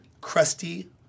crusty